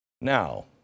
Now